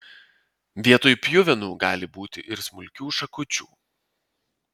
vietoj pjuvenų gali būti ir smulkių šakučių